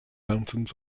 mountains